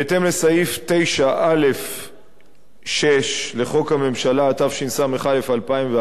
בהתאם לסעיף 9(א)(6) לחוק הממשלה, התשס"א 2001,